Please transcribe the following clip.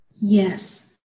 Yes